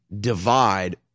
divide